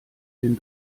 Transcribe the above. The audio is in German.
den